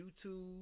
YouTube